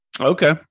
okay